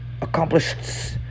accomplished